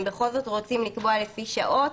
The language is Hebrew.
אם בכל זאת רוצים לקבוע לפי שעות,